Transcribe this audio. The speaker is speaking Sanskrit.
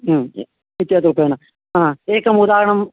ह्म् इत् इत्यदुपेन हा एकम् उदाहरणं